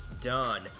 done